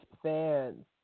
fans